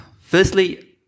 Firstly